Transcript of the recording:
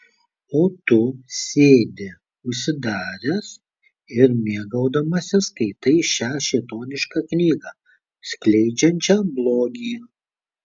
o tu tu sėdi užsidaręs ir mėgaudamasis skaitai šią šėtonišką knygą skleidžiančią blogį